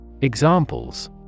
Examples